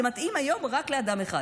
זה מתאים היום רק לאדם אחד,